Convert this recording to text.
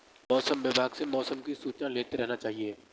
मौसम विभाग से मौसम की सूचना लेते रहना चाहिये?